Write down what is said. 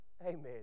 Amen